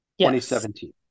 2017